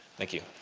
thank you.